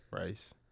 rice